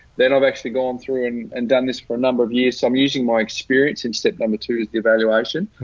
then i've actually gone through and and done this for a number of years. so i'm using my experience in step number two is the evaluation.